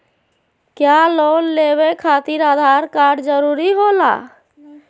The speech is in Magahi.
क्या लोन लेवे खातिर आधार कार्ड जरूरी होला?